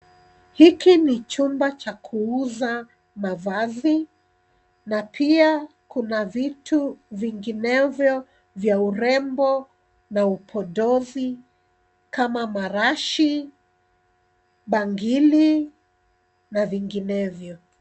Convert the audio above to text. Hiki ni chumba cha kuuza mavazi na pia kuna vitu vinginevyo vya urembo na upodozi kama marashi, bangili na vinginevyo.